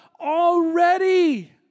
already